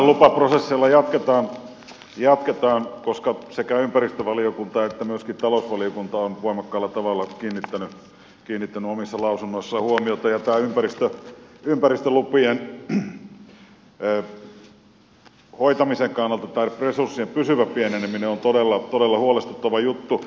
vähän lupaprosesseilla jatketaan koska sekä ympäristövaliokunta että myöskin talousvaliokunta on voimakkaalla tavalla kiinnittänyt omissa lausunnoissaan niihin huomiota ja ympäristölupien hoitamisen kannalta resurssien pysyvä pieneneminen on todella huolestuttava juttu